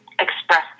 express